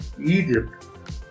Egypt